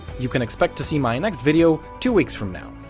you can expect to see my next video two weeks from now,